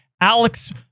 Alex